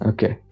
Okay